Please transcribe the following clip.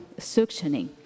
suctioning